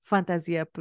Fantasia